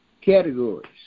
categories